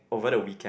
over the weekend